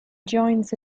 joins